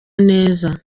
neza